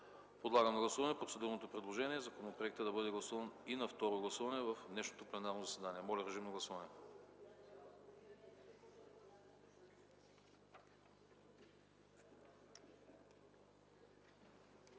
Подлагам на гласуване процедурното предложение законопроектът да бъде гласуван и на второ гласуване в днешното пленарно заседание. Гласували